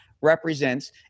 represents